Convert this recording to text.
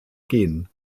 gen